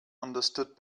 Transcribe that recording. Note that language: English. understood